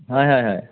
হয় হয় হয়